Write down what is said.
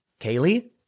Kaylee